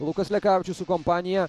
lukas lekavičius su kompanija